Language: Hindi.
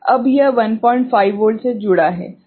अब यह 15 वोल्ट से जुड़ा है